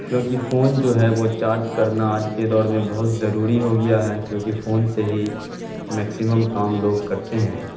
کیوںکہ فون جو ہے وہ چارج کرنا آج کے دور میں بہت ضروری ہو گیا ہے کیونکہ فون سے ہی میکسمم کام لوگ کرتے ہیں